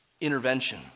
intervention